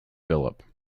philip